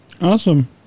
Awesome